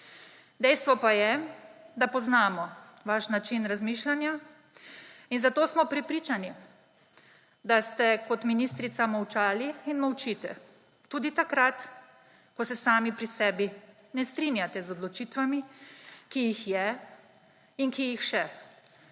Dejstvo pa je, da poznamo vaš način razmišljanja, in zato smo prepričani, da ste kot ministrica molčali in molčite tudi takrat, ko se sami pri sebi ne strinjate z odločitvami, ki jih je in ki jih še